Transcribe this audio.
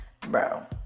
Bro